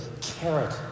carrot